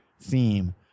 theme